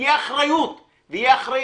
ותהיה אחריות ויהיה אחראי.